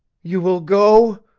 you will go?